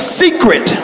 secret